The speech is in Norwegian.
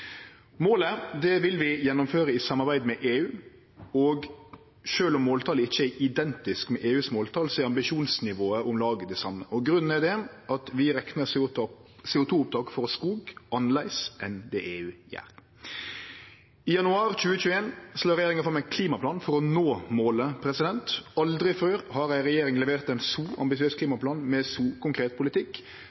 Målet vil vi gjennomføre i samarbeid med EU, og sjølv om måltalet ikkje er identisk med EUs måltal, er ambisjonsnivået omlag det same. Grunnen til det er at vi reknar CO 2 -opptak frå skog annleis enn det EU gjer. I januar 2021 la regjeringa fram ein klimaplan for å nå målet. Aldri før har ei regjering levert ein så ambisiøs klimaplan med så konkret politikk,